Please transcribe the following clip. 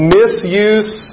misuse